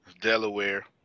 Delaware